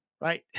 right